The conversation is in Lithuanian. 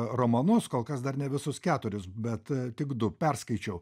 romanus kol kas dar ne visus keturis bet tik du perskaičiau